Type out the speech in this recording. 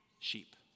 sheep